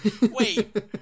Wait